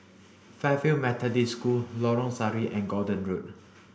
Fairfield Methodist School Lorong Sari and Gordon Road